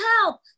help